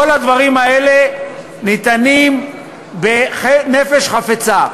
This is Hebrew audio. כל הדברים האלה ניתנים בנפש חפצה.